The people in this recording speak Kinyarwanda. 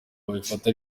babifata